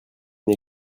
une